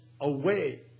away